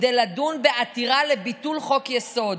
כדי לדון בעתירה לביטול חוק-יסוד.